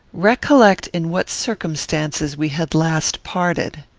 recollect in what circumstances we had last parted.